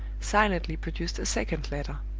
silently produced a second letter.